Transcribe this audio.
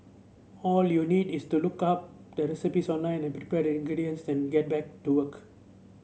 all you need is to look up the recipes online prepare the ingredients then get back to work